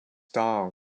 dawn